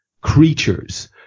creatures